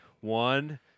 One